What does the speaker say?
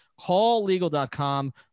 calllegal.com